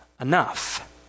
enough